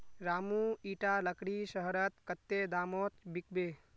रामू इटा लकड़ी शहरत कत्ते दामोत बिकबे